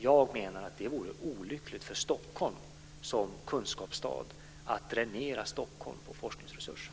Jag menar att det vore olyckligt för Stockholm som kunskapsstad att dränera Stockholm på forskningsresurser.